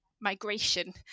migration